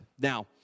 Now